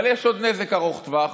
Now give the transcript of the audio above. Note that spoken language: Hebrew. אבל יש עוד נזק ארוך טווח